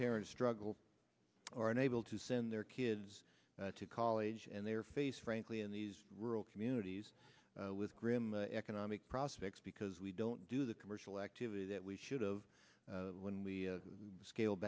parents struggle or unable to and their kids to college and their face frankly in these rural communities with grim economic prospects because we don't do the commercial activity that we should of when we scale